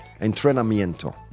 entrenamiento